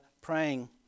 praying